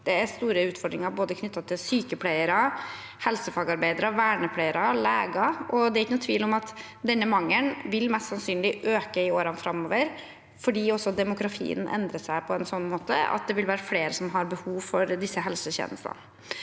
Det er store utfordringer knyttet til både sykepleiere, helsefagarbeidere, vernepleiere og leger. Det er ingen tvil om at denne mangelen mest sannsynlig vil øke i årene framover fordi demografien endrer seg på en sånn måte at det vil være flere som har behov for visse helsetjenester.